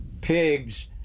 pigs